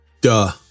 duh